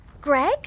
Greg